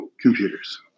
computers